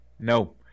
No